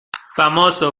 famoso